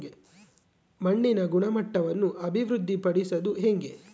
ಮಣ್ಣಿನ ಗುಣಮಟ್ಟವನ್ನು ಅಭಿವೃದ್ಧಿ ಪಡಿಸದು ಹೆಂಗೆ?